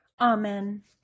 Amen